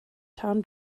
tom